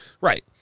Right